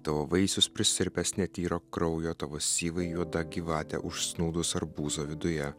tavo vaisius prisirpęs netyro kraujo tavo syvai juoda gyvatė užsnūdus arbūzo viduje